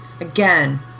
Again